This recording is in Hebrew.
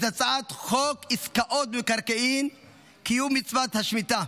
את הצעת חוק עסקאות במקרקעין (קיום מצוות השמיטה),